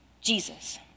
Jesus